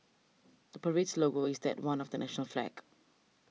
the parade's logo is that one of the national flag